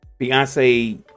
Beyonce